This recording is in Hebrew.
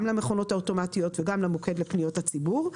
גם למכונות אוטומטיות וגם למוקד לפניות הציבור.